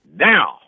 now